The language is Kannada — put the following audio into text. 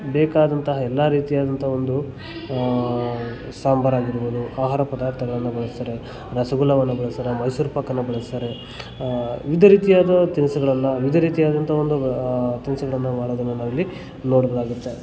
ಬೇಕಾದಂತಹ ಎಲ್ಲಾ ರೀತಿಯಾದಂಥ ಒಂದು ಸಾಂಬಾರಾಗಿರ್ಬೊದು ಆಹಾರ ಪದಾರ್ಥಗಳನ್ನ ಬಳಸ್ತಾರೆ ರಸಗುಲ್ಲಾವನ್ನು ಬಳಸ್ತಾರೆ ಮೈಸೂರ್ ಪಾಕನ್ನು ಬಳಸ್ತಾರೆ ವಿವಿಧ ರೀತಿಯಾದ ತಿನಿಸುಗಳನ್ನು ವಿವಿಧ ರೀತಿಯಾದಂಥ ಒಂದು ತಿನಿಸುಗಳನ್ನು ಮಾಡೋದನ್ನು ನಾವಿಲ್ಲಿ ನೋಡ್ಬೊದಾಗತ್ತೆ